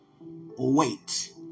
Wait